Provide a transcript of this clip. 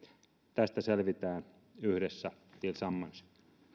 tästä selvitään yhdessä tillsammans